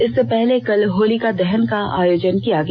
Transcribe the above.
इससे पहले कल होलिका दहन को आयोजन किया गया